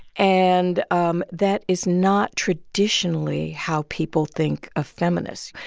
and um that is not traditionally how people think of feminists.